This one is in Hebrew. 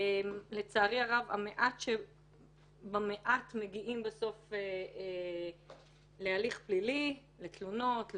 לצערי הרב המעט שבמעט מגיעים בסוף להליך פלילי לתלונות,